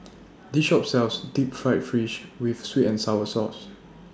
This Shop sells Deep Fried Fish with Sweet and Sour Sauce